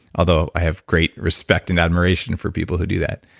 although i have great respect and admiration for people who do that.